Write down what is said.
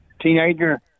teenager